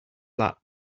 lap